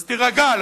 אז תירגע לך,